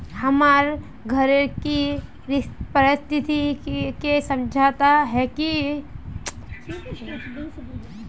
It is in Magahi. हमर घर के परिस्थिति के समझता है की?